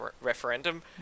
referendum